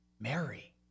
Mary